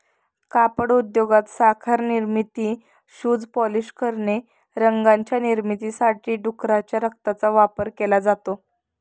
कापड उद्योगात, साखर निर्मिती, शूज पॉलिश करणे, रंगांच्या निर्मितीमध्ये डुकराच्या रक्ताचा वापर केला जातो